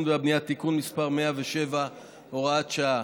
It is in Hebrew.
והבנייה (תיקון מס' 107 והוראת שעה).